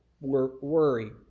worry